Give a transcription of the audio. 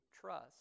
trust